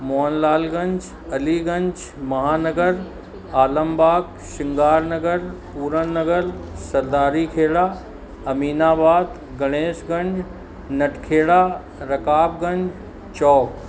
Mohanlal Ganj Aliganj Mahanagar Alambagh Shringarnagar Puran Nagar Sardari Khera Aminabad Ganeshganj Nalkhera Rakabganj Chowk